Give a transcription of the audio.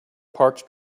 parked